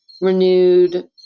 renewed